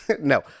no